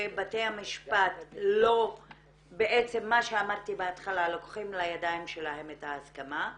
שבתי המשפט לא לוקחים לידיים שלהם את ההסכמה,